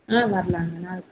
ஆ வரலாங்க நால்